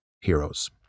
heroes